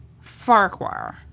Farquhar